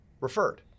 referred